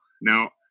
Now